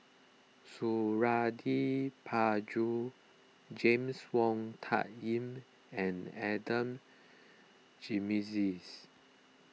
Suradi Parjo James Wong Tuck Yim and Adan Jimenez